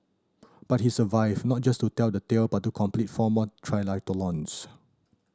but he survived not just to tell the tale but to complete four more triathlons